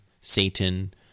Satan